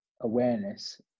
awareness